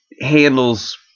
handles